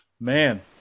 man